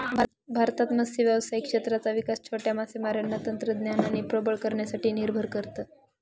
भारतात मत्स्य व्यावसायिक क्षेत्राचा विकास छोट्या मासेमारांना तंत्रज्ञानाने प्रबळ करण्यासाठी निर्भर करत